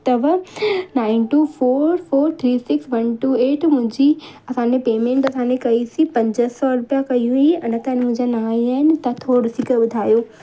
अथव nine two four four three six one two eight मुंहिंजी असांजी पेमेंट असांजी कइसीं पंज सौ रुपया कई हुई अञा ताईं मुंहिंजा न आयां आहिनि त थोरो ॾिसी करे ॿुधायो